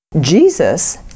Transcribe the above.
Jesus